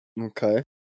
Okay